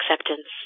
acceptance